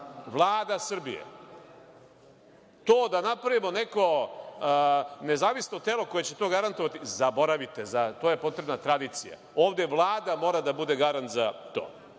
javni servis. To da napravimo neko nezavisno telo koje će to garantovati, to zaboravite, za to je potrebna tradicija. Ovde Vlada mora da bude garant za to.